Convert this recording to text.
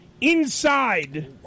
inside